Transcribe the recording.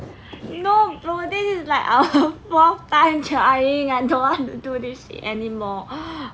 no bro this is like our fourth time trying I I don't want to do this shit anymore